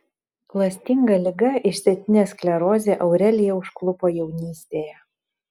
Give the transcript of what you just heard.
klastinga liga išsėtinė sklerozė aureliją užklupo jaunystėje